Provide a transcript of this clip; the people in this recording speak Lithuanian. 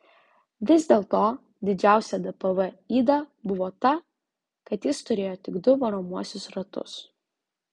vis dėl to didžiausia dpv yda buvo ta kad jis turėjo tik du varomuosius ratus